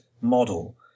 model